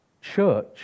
Church